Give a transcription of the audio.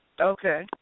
Okay